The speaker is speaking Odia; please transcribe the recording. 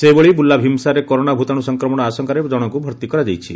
ସେହିଭଳି ବୁର୍ଲା ଭୀମସାରରେ କରୋନା ଭୂତାଣୁ ସଂକ୍ରମଣ ଆଶଙ୍କାରେ ଜଶଙ୍କୁ ଭର୍ତ୍ତି କରାଯାଇଛି